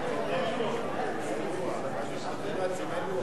מוסף (שיעור המס על מלכ"רים